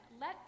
let